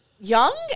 Young